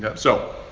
but so,